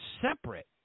separate